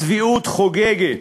הצביעות חוגגת.